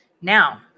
Now